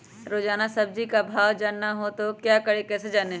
रोजाना सब्जी का भाव जानना हो तो क्या करें कैसे जाने?